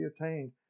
attained